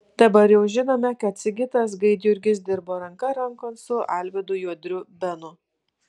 dabar jau žinome kad sigitas gaidjurgis dirbo ranka rankon su alvydu juodriu benu